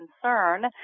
concern